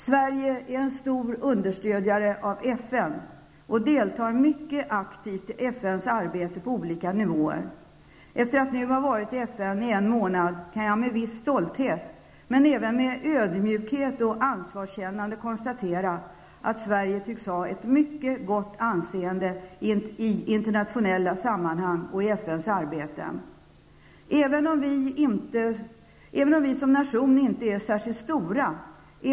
Sverige är en stor understödjare av FN och deltar mycket aktivt i FNs arbete på olika nivåer. Jag har varit i FN under en månad, och jag kan därför med viss stolthet, men även med ödmjukhet och ansvarskännande, konstatera att Sverige tycks ha ett mycket gott anseende i internationella sammanhang och i fråga om FNs arbete. Sverige som nation är inte särskilt stort.